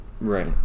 Right